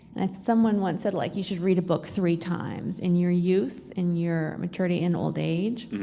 someone once said like you should read a book three times, in your youth, in your maturity, and old age,